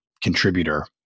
contributor